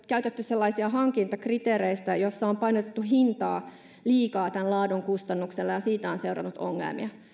käytetty sellaisia hankintakriteereitä joissa on painotettu liikaa hintaa laadun kustannuksella ja siitä on seurannut ongelmia